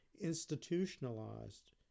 institutionalized